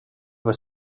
was